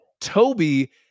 Toby